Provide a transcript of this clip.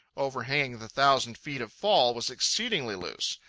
overhanging the thousand feet of fall, was exceedingly loose.